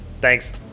Thanks